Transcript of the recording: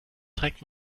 trägt